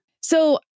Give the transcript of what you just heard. So-